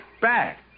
Back